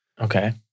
Okay